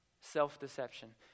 Self-deception